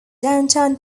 downtown